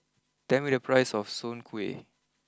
tell me the price of Soon Kueh